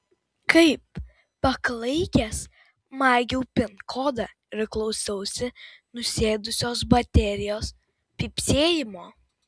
kaip paklaikęs maigiau pin kodą ir klausiausi nusėdusios baterijos pypsėjimo